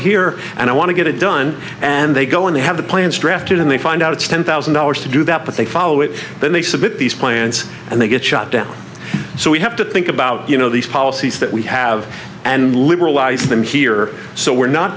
here and i want to get it done and they go and they have the plans drafted and they find out it's ten thousand dollars to do that but they follow it then they submit these plans and they get shut down so we have to think about you know these policies that we have and liberalize them here so we're not